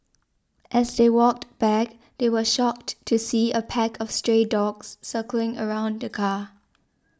as they walked back they were shocked to see a pack of stray dogs circling around the car